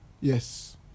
Yes